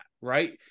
right